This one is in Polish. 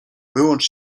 wyłącz